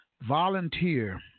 volunteer